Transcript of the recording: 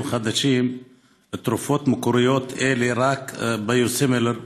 חדשים תרופות מקוריות אלא רק ביוסימילר,